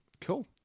Cool